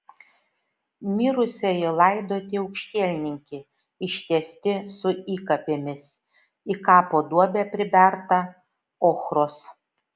mirusieji laidoti aukštielninki ištiesti su įkapėmis į kapo duobę priberta ochros